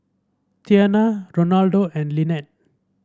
Tiana Ronaldo and Linette